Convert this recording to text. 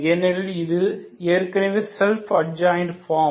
ஏனெனில் இது ஏற்கனவே செல்ப் அட்ஜாயின்ட் ஃபார்ம்